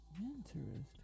interesting